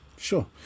Sure